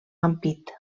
ampit